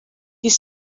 his